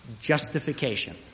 justification